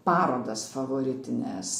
parodas favoritines